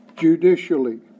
Judicially